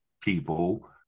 people